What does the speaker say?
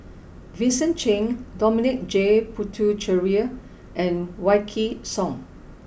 Vincent Cheng Dominic J Puthucheary and Wykidd Song